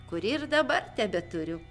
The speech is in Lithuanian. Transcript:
kurį ir dabar tebeturiu